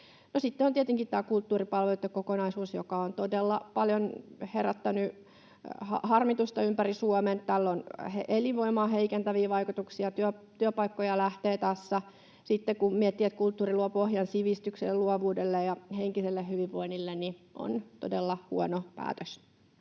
sitten on tietenkin tämä kulttuuripalveluitten kokonaisuus, joka on todella paljon herättänyt harmitusta ympäri Suomen. Tällä on elinvoimaa heikentäviä vaikutuksia, työpaikkoja lähtee tässä. Sitten kun miettii, että kulttuuri luo pohjan sivistykselle ja luovuudelle ja henkiselle hyvinvoinnille, niin tämä on todella huono päätös.